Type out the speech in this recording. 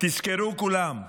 תזכרו כולם,